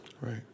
Right